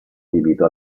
adibito